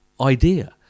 idea